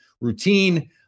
routine